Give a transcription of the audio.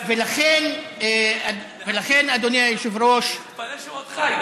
לכן, אדוני היושב-ראש, אני מתפלא שהוא עד חי.